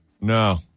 No